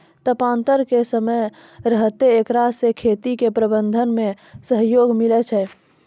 तापान्तर के समय की रहतै एकरा से खेती के प्रबंधन मे सहयोग मिलैय छैय?